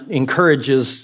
encourages